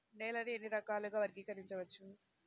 నేలని ఎన్ని రకాలుగా వర్గీకరించవచ్చు?